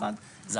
יחד עם 2(2) ו-(3),